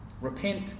Repent